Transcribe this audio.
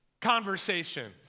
conversation